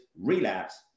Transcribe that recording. relapse